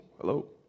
hello